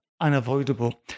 unavoidable